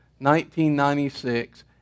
1996